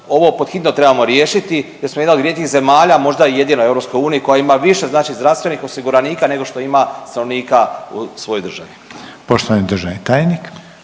ovo pod hitno trebamo riješiti, jer smo jedna od rijetkih zemalja, možda i jedina u EU koja ima više, znači zdravstvenih osiguranika nego što ima stanovnika u svojoj državi. **Reiner, Željko